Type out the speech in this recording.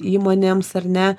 įmonėms ar ne